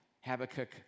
Habakkuk